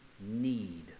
need